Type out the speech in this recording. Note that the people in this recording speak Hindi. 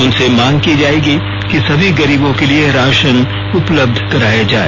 उनसे मांग की जाएगी कि सभी गरीबों के लिए राशन उपलब्ध कराया जाए